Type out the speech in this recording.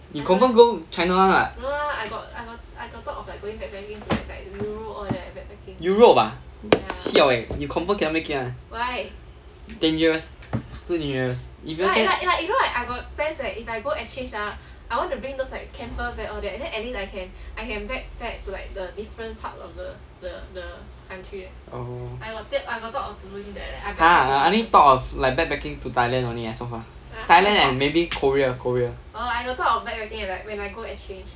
you confirm go china one what europe ah siao eh you confirm cannot make it one ten years to nearest oh !huh! I only thought of backpacking to thailand only eh so far thailand and maybe korea korea